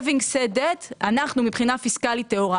בזמן שאומרים את זה אנחנו מבחינה פיסקלית טהורה